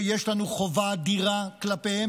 שיש לנו חובה אדירה כלפיהם.